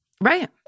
Right